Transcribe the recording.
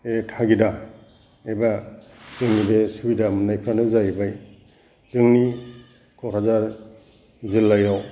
थागिदा एबा जोंनि बे सुबिदा मोन्नायफ्रानो जाहैबाय जोंनि क'क्राझार जिल्लायाव